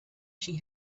she